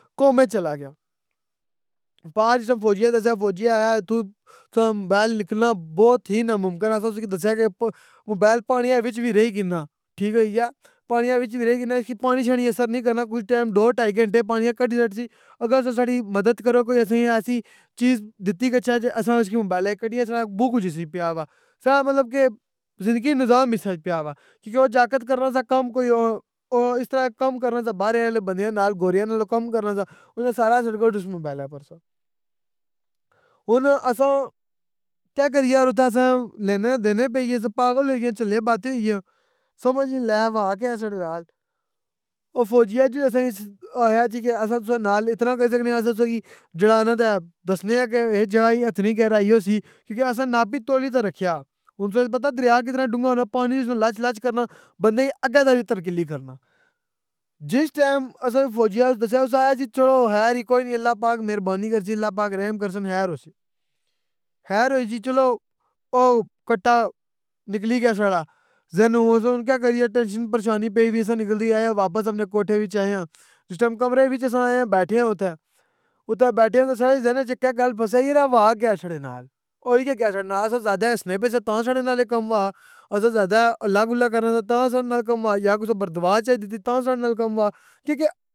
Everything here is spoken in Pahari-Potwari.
کومے چلا گیا، پار جِس ٹیم فوجی کی دسیا فوجی اخیا اتھوں تُساں نا موبائل نکلنا بہت ہی ناممکن آ اساں اُسکی دسیا کہ موبائل پانیا وِچ وی ري کنّا ٹھیک ہوئی گیا۔ پانیا وِچ وی رہی کنّا اسکی پانی شانی اثر نی کرنا کچھ ٹیم دو ڈھائی گھنٹے پانی کڈی شڈسی۔ اگر تُساں ساڈی مدد کرو کوئی اساں کی ایسی چیز دیتی گچھا کہ اساں اسکی موبائلا کی کاڈی اچھنا بوں کچھ حسی پییا وا۔ سمجھلو مطلب کہ زندگی نہ نظام اِسے اچ پییا وا۔ کیونکہ او جاکت کرنا سہ کام کوئی او او اس طرح کام کرنا سہ باہر آلے بندیاں نال گوریاں نال او کام کرنا سہ، اُس ناں سارا سرکٹ اِس موبائلا پر سہ۔ ہن اساں کہ کری یار اتھاں تہ اساں لینے نے دینے پیئی گیس پاگل ہوئی گے چلے ہوی گیاں، سمجھ ہی نی لے ہوا کہ ساڈے نال۔ او فوجی جو اساں کی اخیا کہ اساں تُساں نال اِتنا کری سکنے آں اساں تُساں کی جیڑا اخنے تہ دسنے آں کہ اے جیڑا ای اتنی گہرائی ہوسی، کیونکہ اساں ناپی تولی کہ رکھیا۔ ہن تُساں کی پتہ دریا کنّا ڈونگہ ہونا پانی جِس ٹیم لچ لچ کرنا بندے نے اگّے دے وی ترکیلی کرنا۔ جِس ٹیم اساں فوجی اُس دسیا اُس اخیا سی چلو خیر ای کوئی نی اللّٰہ پاک مہربانی کرسی اللّٰہ پاک رحم کرسن خیر ہوسی۔ خیر ہوسی چلو او کٹہ نِکلی گیا ہن کہ کریے ٹینشن پریشانی پئی وی اساں نکل دی آئے آں واپس اپنے کوٹھے وِچ آئے آں، جِس ٹیم کمرے وِچ اساں آئے آں بیٹھے آں اوتھے، اوتھے بیٹھے آں تہ ساریاں نے ذہنا اچ اکّے گل پھسی اے ہوا کہ ساڈے نال۔ ہوئی کہ گیا ساڈے نال اسی زیادہ ای ہسنے پے سے تاں ساڈے نال اک کام ہوا، اساں ذیادہ حلا گلّا کرنے سے تاں ساڈے نال کام ہوا یہ كسے بد دعا چائی دتی تاں ساڈے نال کام ہوا کیونکہ